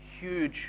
huge